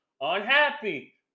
unhappy